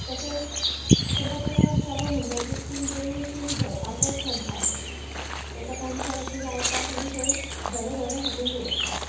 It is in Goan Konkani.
तशें तेंकां तो रोग जालो म्हणटकीच तीं बरीं अशीं भोंवपाक वचनात भायर एका कोणशाक अशी रावतात आनी थंय धवें धवें हागून दवरतात